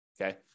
okay